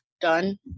Done